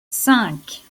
cinq